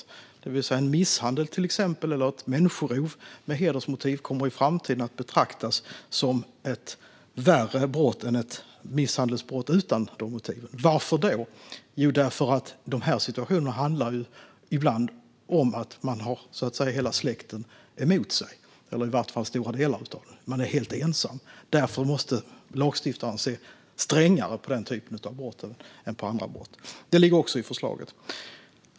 Till exempel kommer en misshandel eller ett människorov med hedersmotiv i framtiden att betraktas som ett värre brott än ett misshandelsbrott utan ett sådant motiv. Varför? Jo, därför att de här situationerna ibland handlar om att man har hela släkten emot sig, eller i vart fall stora delar av den, och man är därför helt ensam. Därför måste lagstiftaren se strängare på den typen av brott än på andra brott. Det ligger också i förslaget.